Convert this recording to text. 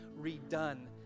redone